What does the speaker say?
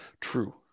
True